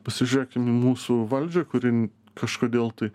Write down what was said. pasižiūrėkim į mūsų valdžią kuri kažkodėl tai